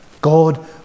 God